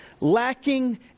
lacking